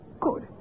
Good